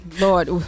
Lord